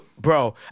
bro